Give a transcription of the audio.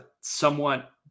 somewhat